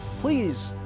please